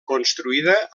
construïda